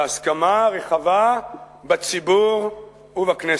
להסכמה רחבה בציבור ובכנסת.